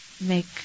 make